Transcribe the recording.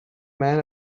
man